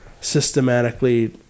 systematically